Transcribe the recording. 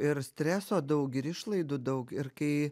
ir streso daug ir išlaidų daug ir kai